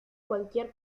cualquier